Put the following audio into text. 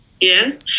yes